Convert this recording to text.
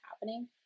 happening